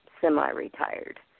semi-retired